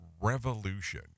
revolution